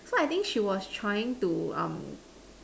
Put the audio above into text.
so I think she was trying to um